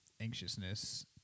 anxiousness